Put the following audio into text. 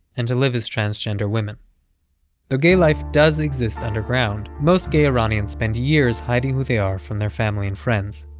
and to live as transgender women though gay life does exist underground, most gay iranians spend years hiding who they are from their family and friends.